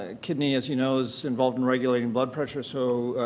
ah kidney as you know is involved in regulating blood pressure. so,